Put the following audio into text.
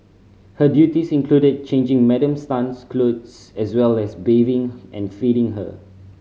her duties included changing Madam Tan's clothes as well as bathing and feeding her